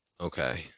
Okay